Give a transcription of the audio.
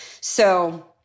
So-